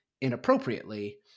inappropriately